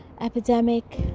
epidemic